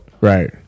right